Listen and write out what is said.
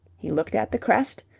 he looked at the crest,